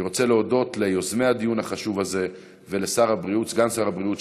אני רוצה להודות ליוזמי הדיון החשוב הזה ולסגן שר הבריאות,